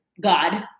God